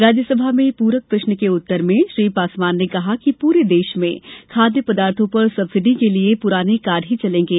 राज्य सभा में पूरक प्रश्न के उत्तर में श्री पासवान ने कहा कि पूरे देश में खाद्य पदार्थों पर सब्सिडी के लिए प्राने कार्ड ही चलेंगे